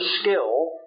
skill